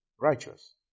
Righteous